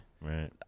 Right